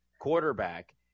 quarterback